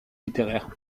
littéraires